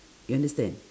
you understand